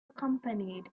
accompanied